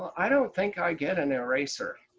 i don't think i get an eraser.